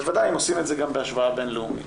בוודאי אם גם עושים את זה בהשוואה בין לאומית.